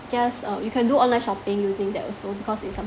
just uh you can do online shopping using that also because it's a